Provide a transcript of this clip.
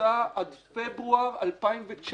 עבודתה עד פברואר 2019,